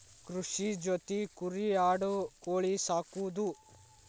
ಕೃಷಿ ಜೊತಿ ಕುರಿ ಆಡು ಕೋಳಿ ಸಾಕುದು